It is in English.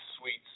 suites